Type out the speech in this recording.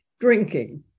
drinking